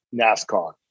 NASCAR